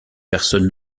personne